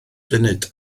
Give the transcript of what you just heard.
funud